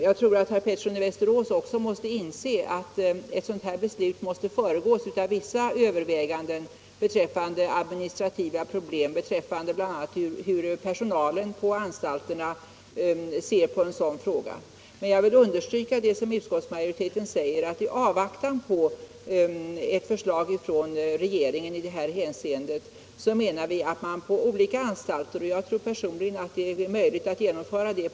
Jag tror att herr Pettersson också inser att ett sådant beslut måste föregås av vissa överväganden rörande administrativa problem, bl.a. hur personalen på anstalterna ser på en sådan sak. Jag vill också understryka vad utskottsmajoriteten skriver, nämligen att i avvaktan på ett förslag från regeringen i detta avseende bör man också med nuvarande anslag kunna genomföra en viss senareläggning av inlåsningen.